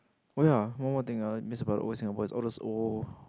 oh ya one more thing I'll missed about the old Singapore is all those old